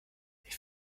ich